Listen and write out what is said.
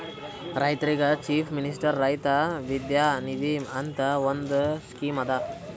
ರೈತರಿಗ್ chief minister ರೈತ ವಿದ್ಯಾ ನಿಧಿ ಅಂತ್ ಒಂದ್ ಸ್ಕೀಮ್ ಅದಾ